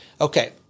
Okay